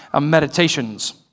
meditations